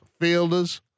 fielders